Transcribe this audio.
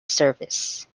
service